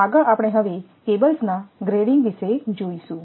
આગળ આપણે હવે કેબલ્સના ગ્રેડિંગ વિશે જોઈશું